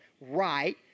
right